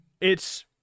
It's-